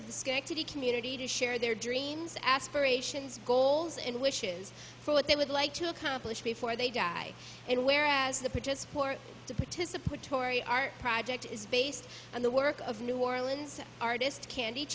of the community to share their dreams aspirations goals and wishes for what they would like to accomplish before they die and where as the protest for the participatory art project is based on the work of new orleans artist candy